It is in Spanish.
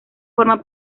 forma